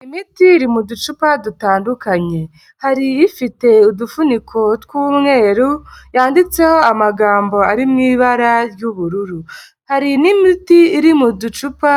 Iyi imiti iri mu ducupa dutandukanye hari ifite udufuniko tw'umweru yanditseho amagambo ari mui ibara ry'ubururu hari n'imiti iri mu ducupa